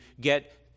get